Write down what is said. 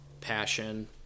passion